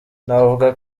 navuga